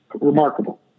remarkable